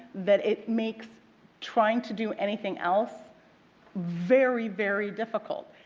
but it makes trying to do anything else very, very difficult.